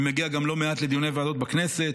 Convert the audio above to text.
אני מגיע גם לא מעט לדיוני ועדות בכנסת.